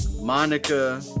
Monica